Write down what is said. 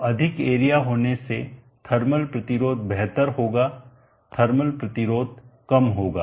तो अधिक एरिया होने से थर्मल प्रतिरोध बेहतर होगा थर्मल प्रतिरोध कम होगा